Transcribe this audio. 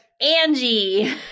Angie